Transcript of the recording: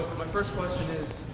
my first question is,